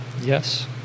Yes